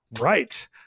right